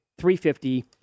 350